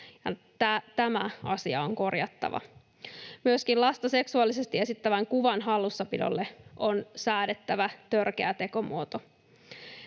tämä asia on korjattava. Myöskin lasta seksuaalisesti esittävän kuvan hallussapidolle on säädettävä törkeä tekomuoto.